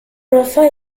l’enfant